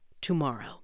tomorrow